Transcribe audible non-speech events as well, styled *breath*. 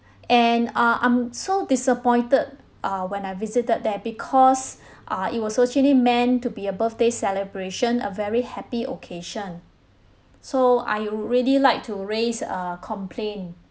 *breath* and uh I'm so disappointed uh when I visited there because *breath* uh it was actually meant to be a birthday celebration a very happy occasion so I would really like to raise a complaint